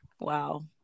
Wow